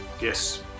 Yes